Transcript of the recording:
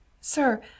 sir